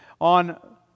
On